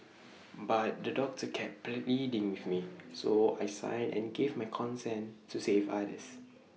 but the doctor kept pleading with me so I signed and gave my consent to save others